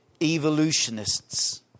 evolutionists